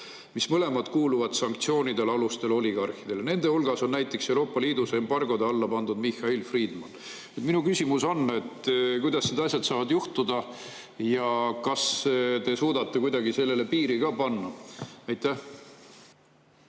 mis mõlemad kuuluvad sanktsioonide alustele oligarhidele. Nende hulgas on näiteks Euroopa Liiduski embargode alla pandud Mihhail Fridman." Minu küsimus on: kuidas need asjad saavad juhtuda ja kas te suudate kuidagi sellele piiri panna? Aitäh,